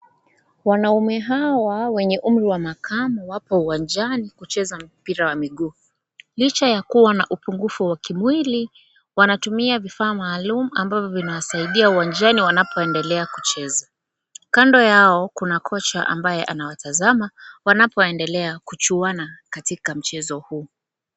Wanaume hawa wenye umri wa makamu wako uwanjani kucheza mpira wa miguu. Licha ya kuwa na upungufu wa kimwili wanatumia vifaa maalum ambavyo vinawasaidia uwanjani wanapoendelea kucheza. Kando yao kuna kocha ambaye anawatazama wanapoendelea kuchuana katika mchezo huu.